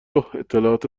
اطلاعات